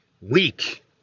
weak